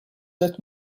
êtes